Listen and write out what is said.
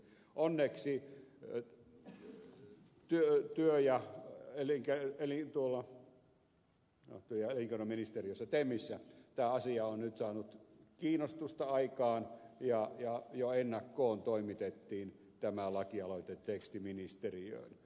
onneksi työ ja elinkeinoministeriössä temmissä tämä asia on nyt saanut kiinnostusta aikaan ja jo ennakkoon toimitettiin tämä lakialoiteteksti ministeriöön